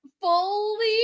fully